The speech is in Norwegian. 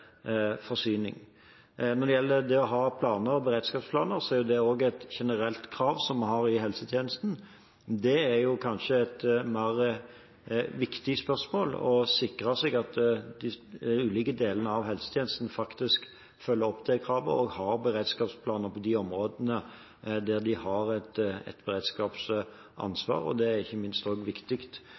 helsetjenesten. Det er kanskje viktigere da å sikre seg at de ulike delene av helsetjenesten faktisk følger opp de kravene og har beredskapsplaner på de områdene der de har et beredskapsansvar, og det er ikke minst viktig